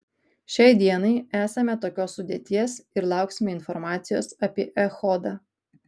šiai dienai esame tokios sudėties ir lauksime informacijos apie echodą